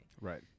Right